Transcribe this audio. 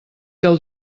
del